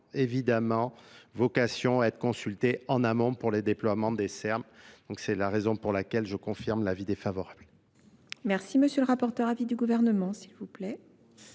évidemment vocation à être consultées en amont pour les déploiements des Serbes. Donc, c'est la raison pour laquelle je confirme l'avis défavorable. M.. le Rapporteur, avis du Gouvernement, s'il vous plaît,